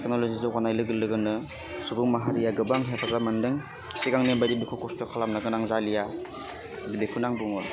technology जौगानाय लोगो लोगोनो सुबुं माहारिया गोबां हेफाजाब मोन्दों सिगांनि बादि दुखु खस्थ' खालामनो गोनां जालिया बेखौनो आं बुङो आरो